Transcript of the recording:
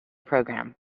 program